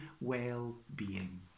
well-being